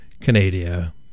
Canada